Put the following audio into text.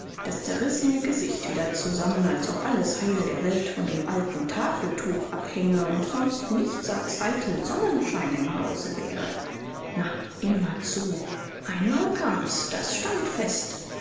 das zerrissene gesicht wieder zusammen als ob alles heil der welt von dem alten tafeltuch abhänge und sonst nichts als eitel sonnenschein im hause wäre na immer zu einmal kam's das stand fest